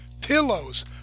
pillows